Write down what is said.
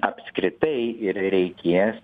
apskritai ir reikės